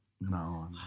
No